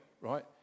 right